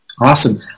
Awesome